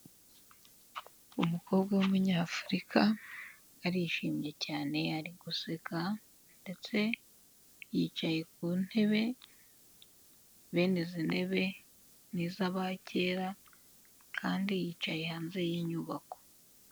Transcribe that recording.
Umukobwa w'umunyafurika, arishimye cyane ari guseka, ndetse yicaye ku ntebe, bene izi ntebe ni iz'abakera kandi yicaye hanze y'inyubako.